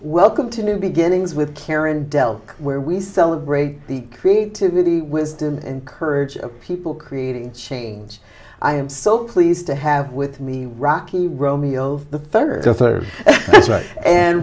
welcome to new beginnings with karen dell where we celebrate the creativity wisdom and courage of people creating change i am so pleased to have with me rocky romeo the third